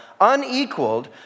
unequaled